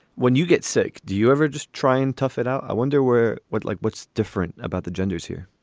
when you get sick, do you ever just try and tough it out? i wonder where would like what's different about the genders here?